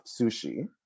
sushi